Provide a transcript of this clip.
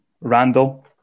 Randall